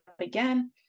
again